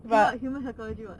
so what human psychology what